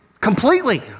Completely